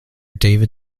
david